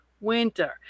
winter